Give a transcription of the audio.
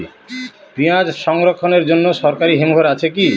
পিয়াজ সংরক্ষণের জন্য সরকারি হিমঘর আছে কি?